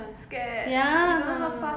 in comparison to you